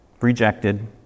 rejected